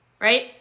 right